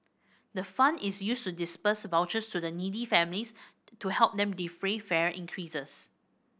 the fund is used to disburse vouchers to needy families to help them defray fare increases